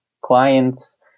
clients